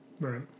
Right